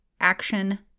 action